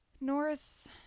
Norris